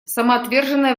самоотверженное